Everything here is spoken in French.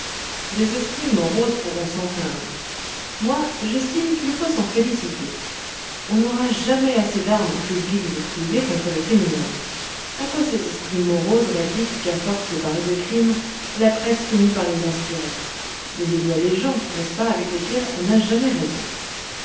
des esprits moroses pourront s'en plaindre moi j'estime qu'il faut s'en féliciter on n'aura jamais assez d'armes publiques ou privées contre le criminel à quoi ces esprits moroses répliquent qu'à force de parler de crimes la presse finit par les inspirer mais il y a des gens n'est-ce pas avec lesquels on n'a jamais raison